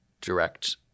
direct